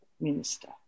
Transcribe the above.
Minister